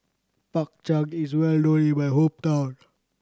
Bak Chang is well known in my hometown